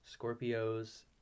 Scorpios